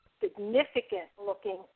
significant-looking